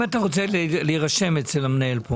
אם אתה רוצה להירשם, אצל המנהל.